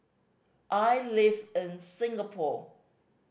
I live in Singapore